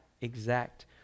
exact